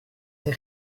des